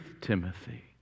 Timothy